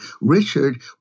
Richard